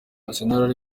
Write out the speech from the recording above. arsenal